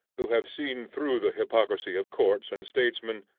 who have seen through the hypocrisy of courts and statesmen,